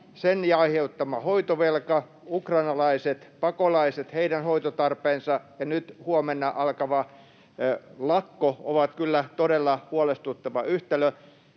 sen aiheuttama hoitovelka, ukrainalaiset pakolaiset ja heidän hoitotarpeensa sekä nyt huomenna alkava lakko ovat kyllä todella huolestuttava yhtälö.